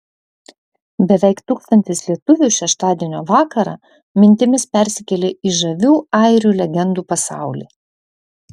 beveik tūkstantis lietuvių šeštadienio vakarą mintimis persikėlė į žavių airių legendų pasaulį